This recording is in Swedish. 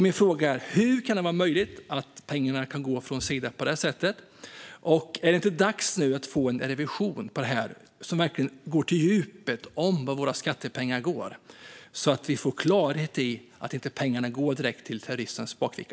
Min fråga är: Hur kan det vara möjligt att pengarna kan gå från Sida på detta sätt, och är det inte dags nu att det blir en revision av detta som verkligen går på djupet med vart våra skattepengar går, så att vi får klarhet i att pengarna inte går direkt ned i terroristernas bakficka?